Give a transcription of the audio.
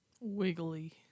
Wiggly